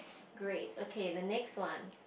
great okay the next one